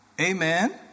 Amen